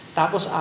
tapos